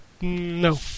No